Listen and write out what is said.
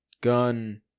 Gun